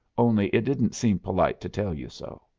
only it didn't seem polite to tell you so.